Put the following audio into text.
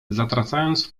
zatracając